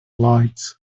lights